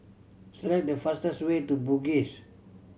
select the fastest way to Bugis